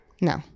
No